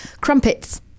crumpets